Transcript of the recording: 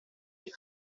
dei